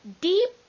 deep